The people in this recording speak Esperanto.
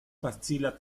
facila